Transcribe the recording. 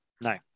No